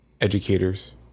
educators